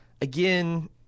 again